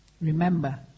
Remember